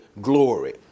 glory